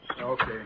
Okay